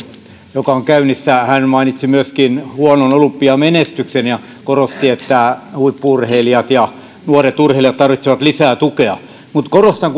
joka on käynnissä hän mainitsi myöskin huonon olympiamenestyksen ja korosti että huippu urheilijat ja nuoret urheilijat tarvitsevat lisää tukea korostan